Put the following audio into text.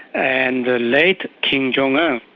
and the late kim jong-un